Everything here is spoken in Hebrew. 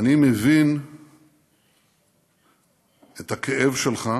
אני מבין את הכאב שלך